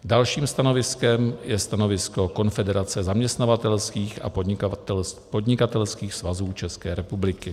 Dalším stanoviskem je stanovisko Konfederace zaměstnavatelských a podnikatelských svazů České republiky.